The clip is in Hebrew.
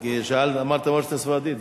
כי אמרת: המורשת הספרדית.